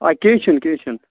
آ کیٚنٛہہ چھُنہٕ کیٚنٛہہ چھُنہٕ